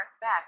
back